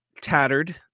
tattered